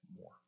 more